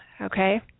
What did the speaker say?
okay